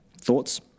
Thoughts